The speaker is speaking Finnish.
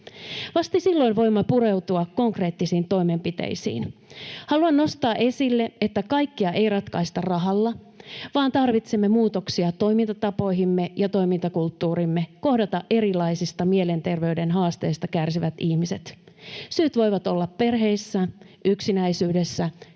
Vasta silloin voimme pureutua konkreettisiin toimenpiteisiin. Haluan nostaa esille, että kaikkea ei ratkaista rahalla, vaan tarvitsemme muutoksia toimintatapoihimme ja toimintakulttuuriimme kohdata erilaisista mielenterveyden haasteista kärsivät ihmiset. Syyt voivat olla perheissä, yksinäisyydessä,